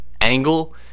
angle